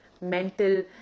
mental